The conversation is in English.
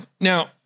Now –